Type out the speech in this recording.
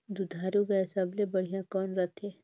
दुधारू गाय सबले बढ़िया कौन रथे?